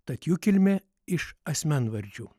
tad jų kilmė iš asmenvardžių